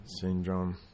Syndrome